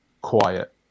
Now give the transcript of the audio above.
quiet